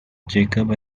jacob